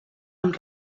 amb